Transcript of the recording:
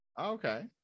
Okay